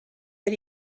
but